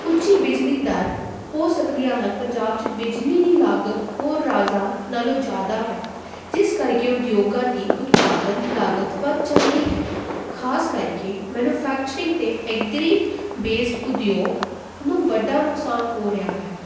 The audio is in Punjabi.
ਉੱਚੀ ਬਿਜਲੀ ਦਰ ਹੋ ਸਕਦੀਆਂ ਹਨ ਪੰਜਾਬ ਚ ਬਿਜਲੀ ਦੀ ਲਾਗਤ ਹੋਰ ਰਾਜਾਂ ਨਾਲੋਂ ਜ਼ਿਆਦਾ ਹੈ ਜਿਸ ਕਰਕੇ ਉਦਯੋਗਾਂ ਦੀ ਉਤਪਾਦਨ ਲਾਗਤ ਵੱਧ ਜਾਂਦੀ ਹੈ ਜ਼ਾਂਸ ਕਰਕੇ ਮੈਨੂੰਫੈਕਚਰਿੰਗ ਅਤੇ ਐਗਰੀ ਬੇਸਡ ਉਦਯੋਗ ਨੂੰ ਵੱਡਾ ਨੁਕਸਾਨ ਹੋ ਰਿਹਾ ਹੈ